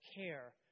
care